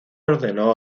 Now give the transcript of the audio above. ordenó